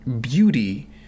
beauty